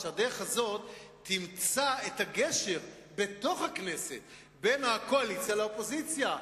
שהדרך הזאת תמצא את הגשר בתוך הכנסת בין הקואליציה לאופוזיציה,